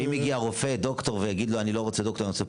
ואם יגיע רופא ד"ר הוא יכול להגיד שהוא רוצה פרופ'?